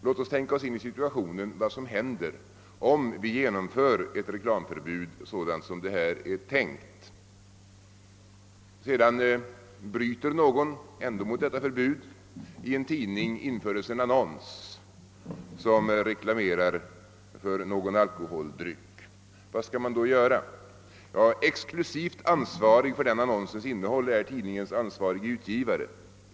Låt oss tänka oss in i vad som händer om vi genomför ett reklamförbud sådant det här är tänkt. Sedan bryter någon ändå mot detta förbud. I en tidning införes en annons som gör reklam för någon alkoholdryck. Vad skall man då göra? Ja, exklusivt ansvarig för den annonsens innehåll är enligt grundlagen tidningens ansvarige utgivare.